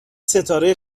ستاره